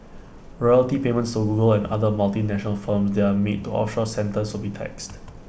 royalty payments so Google and other multinational firms that are made to offshore centres will be taxed